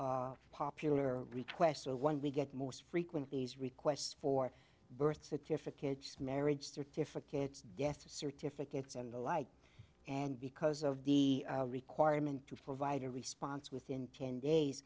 popular requests for one we get most frequent these requests for birth certificates marriage certificates death certificates and the like and because of the requirement to provide a response within ten days